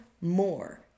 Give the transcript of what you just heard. more